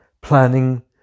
planning